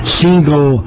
single